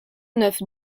neuf